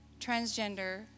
transgender